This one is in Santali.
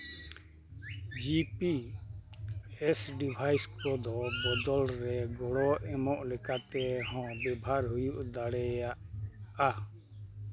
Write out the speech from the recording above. ᱡᱤ ᱯᱤ ᱮᱥ ᱰᱤᱵᱷᱟᱭᱤᱥ ᱠᱚᱫᱚ ᱵᱚᱫᱚᱞ ᱨᱮ ᱜᱚᱲᱚ ᱮᱢᱚᱜ ᱞᱮᱠᱟᱛᱮ ᱦᱚᱸ ᱵᱮᱵᱦᱟᱨ ᱦᱩᱭᱩᱜ ᱫᱟᱲᱮᱭᱟᱜᱼᱟ